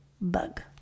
Bug